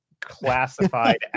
classified